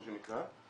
מה שנקרא,